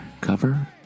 cover